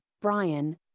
Brian